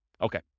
Okay